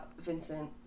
Vincent